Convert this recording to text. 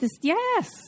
Yes